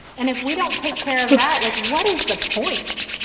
and if we don't take care of that, like, what is the point,